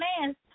man